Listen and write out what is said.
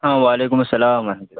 ہاں وعلیکم السلام ورحمۃ اللہ